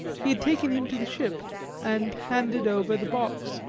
he had taken him to the ship and handed over the box,